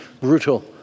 brutal